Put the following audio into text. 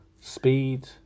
speed